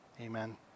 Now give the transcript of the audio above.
Amen